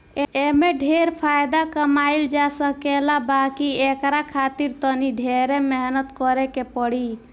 एमे ढेरे फायदा कमाई जा सकेला बाकी एकरा खातिर तनी ढेरे मेहनत करे के पड़ी